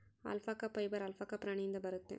alpaca fibre alpaca ಪ್ರಾಣಿಯಿಂದ ಬರುತ್ತೆ